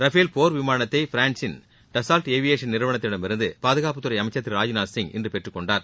Rafale போர் விமானத்தை பிரான்சின் Dassault aviation நிறுவனத்திடமிருந்து பாதுகாப்புத்துறை அமைச்சர் திரு ராஜ்நாத்சிங் இன்று பெற்றுக்கொண்டார்